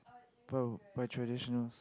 but by traditionals